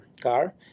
car